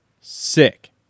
sick